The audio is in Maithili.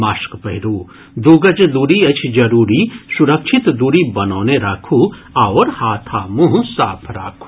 मास्क पहिरू दू गज दूरी अछि जरूरी सुरक्षित दूरी बनौने राखू आओर हाथ आ मुंह साफ राखू